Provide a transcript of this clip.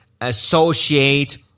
associate